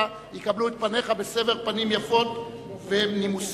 יקבלו את פניך בסבר פנים יפות ונימוסיות.